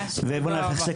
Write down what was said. ואנחנו יוצאים לדרך.